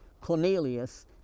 Cornelius